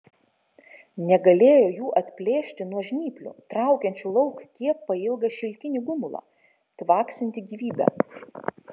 negalėjo jų atplėšti nuo žnyplių traukiančių lauk kiek pailgą šilkinį gumulą tvaksintį gyvybe